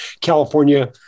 California